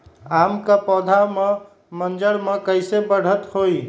आम क पौधा म मजर म कैसे बढ़त होई?